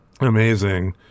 amazing